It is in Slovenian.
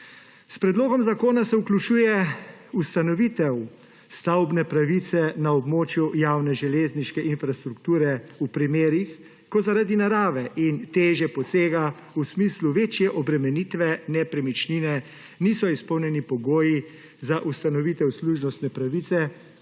S predlogom zakona se vključuje ustanovitev stavbne pravice na območju javne železniške infrastrukture v primerih, ko zaradi narave in teže posega v smislu večje obremenitve nepremičnine niso izpolnjeni pogoji za ustanovitev služnostne pravice,